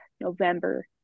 November